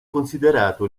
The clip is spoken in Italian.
considerato